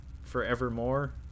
forevermore